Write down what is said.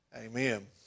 amen